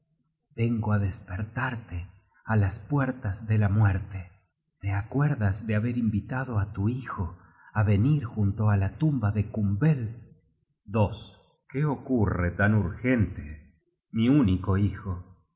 vengo á despertarte á las puertas dela muerte te acuerdas de haber invitado á tu hijo á venir junto á la tumba de kumbel qué ocurre tan urgente mi único hijo qué